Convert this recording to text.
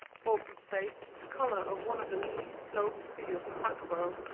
bolton's face, the colour of one of the lean ploughed fields of hatboro',